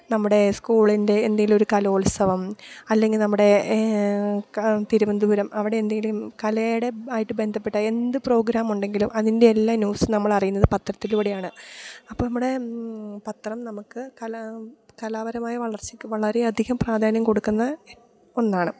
നമ്മുടെ സ്കൂളിൻ്റെ എന്തേൽകും ഒരു കലോത്സവം അല്ലെങ്കിൽ നമ്മുടെ ക തിരുവനന്തപുരം അവിടെ എന്തേലും കലയുടെ ആയിട്ട് ബന്ധപ്പെട്ട എന്ത് പ്രോഗ്രാം ഉണ്ടെങ്കിലും അതിൻ്റെ എല്ലാ ന്യൂസ് നമ്മൾ അറിയുന്നത് പത്രത്തിലൂടെയാണ് അപ്പം നമ്മുടെ പത്രം നമുക്ക് കലാ കലാപരമായ വളർച്ചക്ക് വളരെ അധികം പ്രാധാന്യം കൊടുക്കുന്ന ഒന്നാണ്